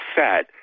set